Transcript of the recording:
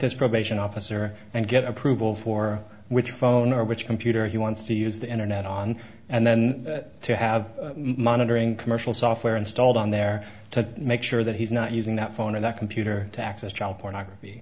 with his probation officer and get approval for which phone or which computer he wants to use the internet on and then to have monitoring commercial software installed on there to make sure that he's not using that phone or that computer to access child pornography